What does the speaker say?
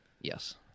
Yes